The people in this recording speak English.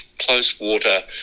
close-water